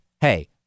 hey